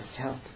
help